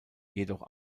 jedoch